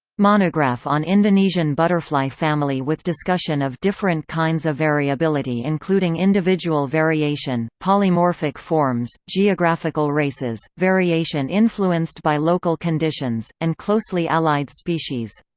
monograph on indonesian butterfly family with discussion of different kinds of variability including individual variation, polymorphic forms, geographical races, variation influenced by local conditions, and closely allied species.